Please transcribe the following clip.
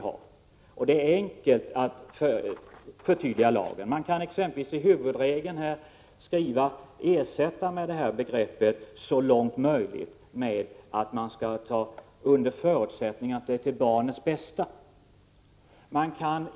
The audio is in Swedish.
Lagen kan enkelt förtydligas genom att exempelvis begreppet ”så långt möjligt” i huvudregeln ersätts med ”under förutsättning att det är till barnets bästa”.